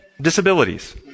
disabilities